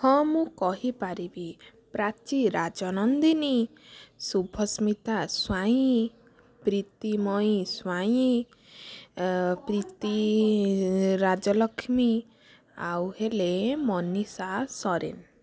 ହଁ ମୁଁ କହି ପାରିବି ପ୍ରାଚୀ ରାଜନନ୍ଦିନୀ ଶୁଭସ୍ମିତା ସ୍ୱାଇଁ ପ୍ରୀତିମୟୀ ସ୍ୱାଇଁ ପ୍ରୀତି ରାଜଲକ୍ଷ୍ମୀ ଆଉ ହେଲେ ମନୀଷା ସରେନ